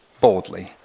boldly